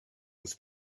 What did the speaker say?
was